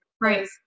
Right